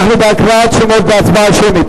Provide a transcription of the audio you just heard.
אנחנו בהקראת שמות בהצבעה שמית.